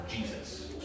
Jesus